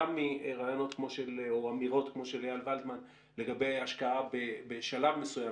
גם אמירות כמו של איל ולדמן לגבי השקעה בשלב מסוים